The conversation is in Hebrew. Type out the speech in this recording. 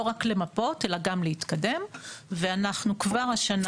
לא רק למפות אלא גם להתקדם ואנחנו כבר השנה